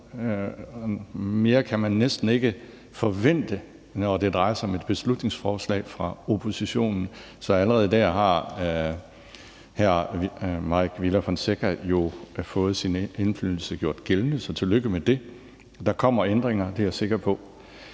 mere kan man næsten ikke forvente, når det drejer sig om et beslutningsforslag fra oppositionen. Så allerede der har hr. Mike Villa Fonseca jo fået sin indflydelse gjort gældende, så tillykke med det, og der kommer ændringer, det er jeg sikker på.